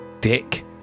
Dick